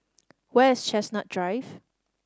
where is Chestnut Drive